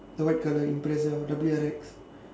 the white colour W_R_X